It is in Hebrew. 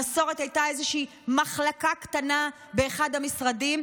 המסורת הייתה איזושהי מחלקה קטנה באחד המשרדים,